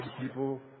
people